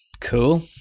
Cool